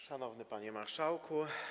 Szanowny Panie Marszałku!